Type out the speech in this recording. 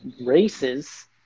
races